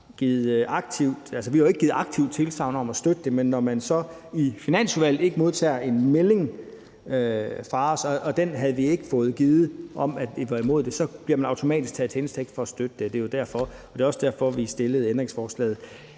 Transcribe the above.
har jo ikke givet et aktivt tilsagn om at støtte det, men når man så i Finansudvalget ikke modtager en melding fra os – og den havde vi ikke fået givet – om, at vi var imod det, bliver man automatisk taget til indtægt for at støtte det. Så det er jo derfor. Og det er også derfor, at vi stillede ændringsforslaget.